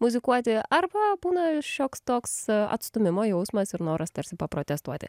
muzikuoti arba būna šioks toks atstūmimo jausmas ir noras tarsi paprotestuoti